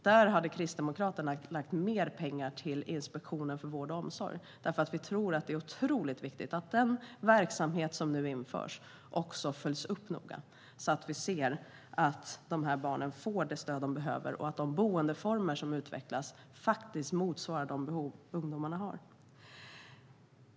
Vi kristdemokrater har lagt mer pengar till Inspektionen för vård och omsorg, eftersom vi anser att det är otroligt viktigt att den verksamhet som nu införs också följs upp noga så att vi ser att de här barnen får det stöd de behöver och att de boendeformer som utvecklas motsvarar de behov ungdomarna har.